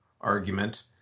argument